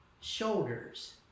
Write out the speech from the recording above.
shoulders